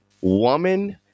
woman